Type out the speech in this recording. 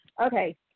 Okay